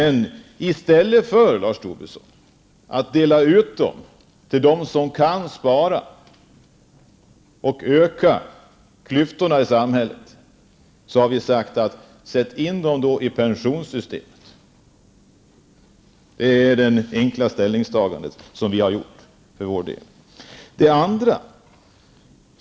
Men i stället för, Lars Tobisson, att dela ut pengarna till dem som redan kan spara, och därmed öka klyftorna i samhället, har vi sagt att pengarna skall sättas in i pensionssystemet. Detta är det enkla ställningstagande som vi för vår del har gjort.